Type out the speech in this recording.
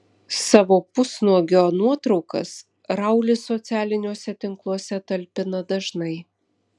savo pusnuogio nuotraukas raulis socialiniuose tinkluose talpina dažnai